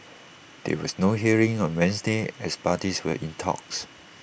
there was no hearing on Wednesday as parties were in talks